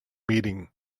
meaning